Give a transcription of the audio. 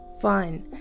fun